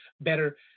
better